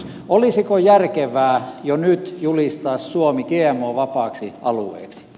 olisiko järkevää jo nyt julistaa suomi gmo vapaaksi alueeksi